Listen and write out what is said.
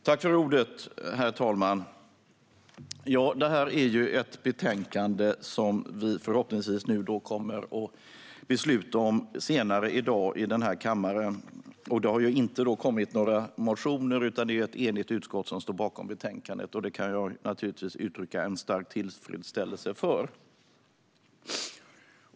Herr talman! Detta är ett betänkande som vi förhoppningsvis kommer att fatta beslut om senare i dag i denna kammare. Det har inte väckts några motioner, utan det är ett enigt utskott som står bakom betänkandet. Det kan jag uttrycka en stark tillfredsställelse över.